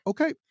Okay